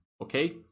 okay